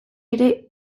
ere